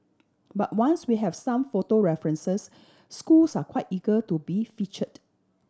but once we have some photo references schools are quite eager to be featured